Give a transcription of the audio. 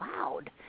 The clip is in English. loud